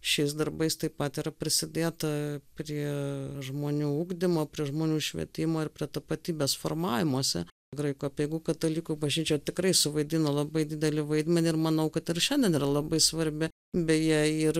šiais darbais taip pat yra prisidėta prie žmonių ugdymo prie žmonių švietimo ir prie tapatybės formavimosi graikų apeigų katalikų bažnyčia tikrai suvaidino labai didelį vaidmenį ir manau kad ir šiandien yra labai svarbi beje ir